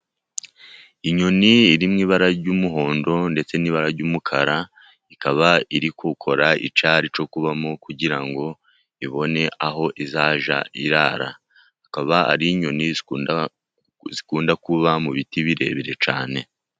Inyoni iri mu ibara ry'umuhondo ndetse n'ibara iy'umukara, ikaba iri gukora icyari cyo kubamo kugira ngo ibone aho izajya irara, ikaba ari inyoni zikunda kuba mu biti birebire cyane.